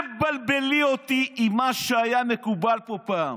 אל תבלבלי אותי עם מה שהיה מקובל פה פעם".